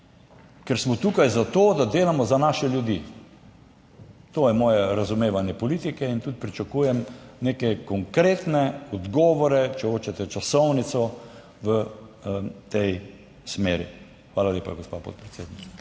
ker smo tukaj zato, da delamo za naše ljudi. To je moje razumevanje politike in tudi pričakujem neke konkretne odgovore, če hočete, časovnico, v tej smeri. Hvala lepa, gospa podpredsednica.